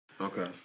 Okay